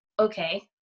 Okay